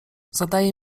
zadaje